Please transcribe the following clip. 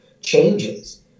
changes